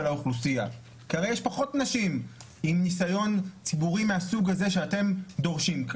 האוכלוסייה כי הרי יש פחות נשים עם נסיון מהסוג הזה שאתם דורשים.